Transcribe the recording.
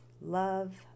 love